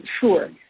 sure